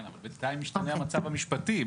כן, אבל בינתיים משתנה המצב המשפטי.